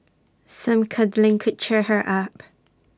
some cuddling could cheer her up